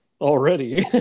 already